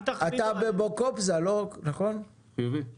לגבי מה